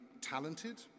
talented